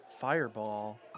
fireball